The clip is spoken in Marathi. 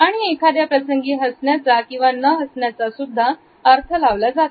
आणि एखाद्या प्रसंगी हसण्याचा किंवा न हसण्याचा सुद्धा अर्थ लावला जातो